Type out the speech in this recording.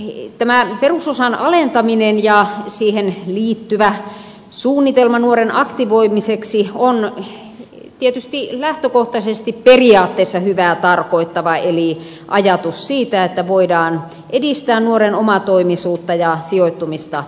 tämä perusosan alentaminen ja siihen liittyvä suunnitelma nuoren aktivoimiseksi on tietysti lähtökohtaisesti periaatteessa hyvää tarkoittava eli ajatus siitä että voidaan edistää nuoren omatoimisuutta ja sijoittumista yhteiskuntaan